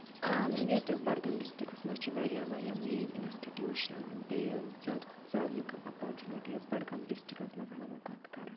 ییٚتہِ بَڈگٲمۍ ڈِسٹِرکَس منٛز چھِ واریاہ واریاہ مین اِنَسٹِٹیوٗشَن بیٚیہِ زیادٕ کھۄتہٕ زیادٕ لُکَن اَپارچُنِٹیٖز بَڈگام ڈِسٹِرکَس منٛز اَگَر بہٕ کَتھ کَرٕ